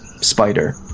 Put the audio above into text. spider